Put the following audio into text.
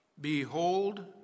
Behold